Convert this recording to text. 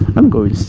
i'm going